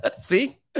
See